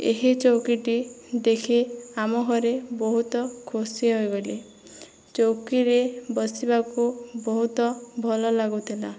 ଏହି ଚଉକିଟି ଦେଖି ଆମ ଘରେ ବହୁତ ଖୁସି ହୋଇଗଲେ ଚଉକିରେ ବସିବାକୁ ବହୁତ ଭଲ ଲାଗୁଥିଲା